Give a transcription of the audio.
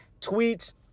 tweets